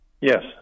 Yes